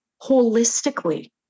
holistically